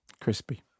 Crispy